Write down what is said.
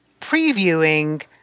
previewing